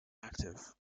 active